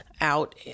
out